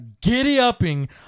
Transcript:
giddy-upping